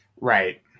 Right